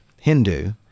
Hindu